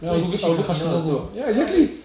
ya I'll go I'll go casino ya exactly